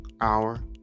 hour